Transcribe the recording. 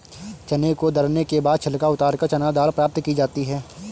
चने को दरने के बाद छिलका उतारकर चना दाल प्राप्त की जाती है